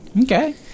Okay